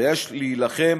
ויש להילחם